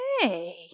hey